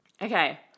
Okay